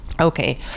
Okay